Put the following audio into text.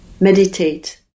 Meditate